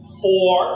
four